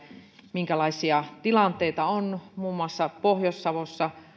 minkälaisia tilanteita on muun muassa pohjois savossa